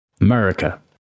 America